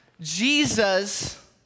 Jesus